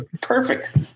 perfect